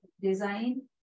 design